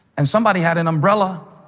and somebody had an umbrella.